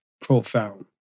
profound